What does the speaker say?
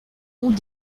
ont